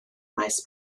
maes